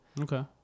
Okay